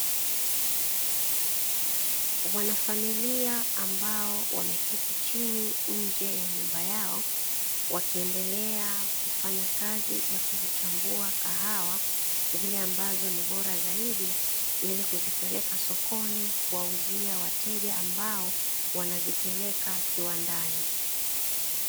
Wanafamilia ambao wameketi chini nje ya nyumba yao, wakiendelea kufanya kazi ya kuzichambua kahawa zile ambazo ni bora zaidi, ili kuzipeleka sokoni kuwauzia wateja ambao wanazipeleka kiwandani.